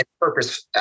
purpose